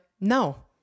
no